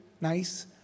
nice